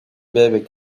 bebe